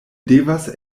devas